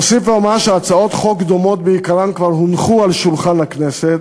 אוסיף ואומר שהצעות חוק דומות בעיקרן כבר הונחו על שולחן הכנסת,